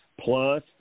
plus